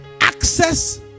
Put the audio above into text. access